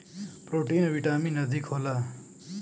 protein vitamin अधिक होला